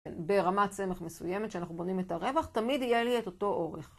ברמת סמך מסוימת שאנחנו בונים את הרווח, תמיד יהיה לי את אותו אורך.